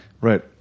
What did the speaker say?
Right